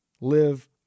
Live